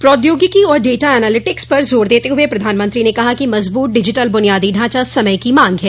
प्रौद्योगिकी और data analytics पर जोर देते हुए प्रधानमंत्री ने कहा मजबूत डिजिटल बुनियादी ढांचा समय की मांग है